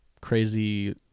crazy